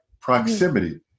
Proximity